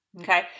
okay